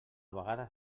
vegades